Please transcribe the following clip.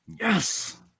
Yes